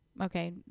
okay